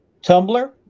Tumblr